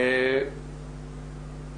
תודה רבה.